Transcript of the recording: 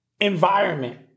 environment